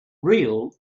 real